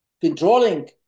controlling